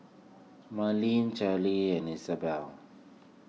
Marylyn and Isabelle